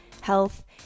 health